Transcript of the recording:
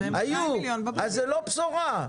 היו, אז זה לא בשורה.